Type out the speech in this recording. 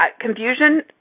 confusion